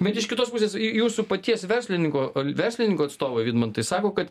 bet iš kitos pusės jūsų paties verslininko verslininko atstovai vidmantai sako kad